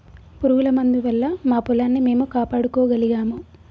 పురుగుల మందు వల్ల మా పొలాన్ని మేము కాపాడుకోగలిగాము